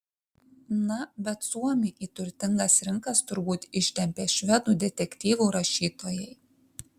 na bet suomį į turtingas rinkas turbūt ištempė švedų detektyvų rašytojai